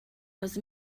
was